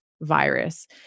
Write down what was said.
virus